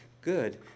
good